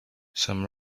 some